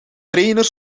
trainer